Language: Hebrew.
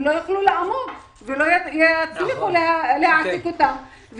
לא יוכלו לעמוד ולא יצליחו להעסיק אותם,